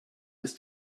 ist